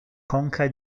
conca